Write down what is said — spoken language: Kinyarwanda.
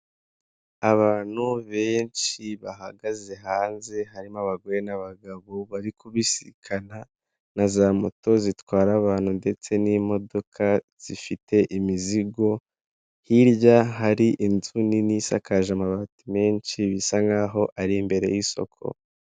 Abantu benshi bahagaze hanze harimo abagore n'abagabo, bari kubisikana na za moto zitwara abantu ndetse n'imodoka zifite imizigo, hirya hari inzu nini isakaje amabati menshi bisa nkaho ari imbere y'isoko.